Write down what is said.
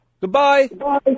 Goodbye